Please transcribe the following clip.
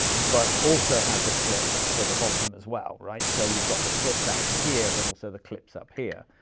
but also had the clips for the bottom as well. right, so you've got the clip down here, but also the clips up here.